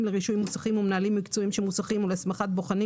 לרישוי מוסכים ומנהלים מקצועיים של מוסכים ולהסמכת בוחנים